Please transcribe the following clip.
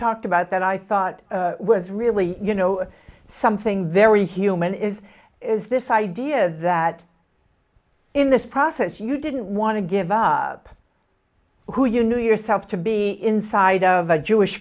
talked about that i thought was really you know something very human is is this idea that in this process you didn't want to give up who you knew yourself to be inside of a jewish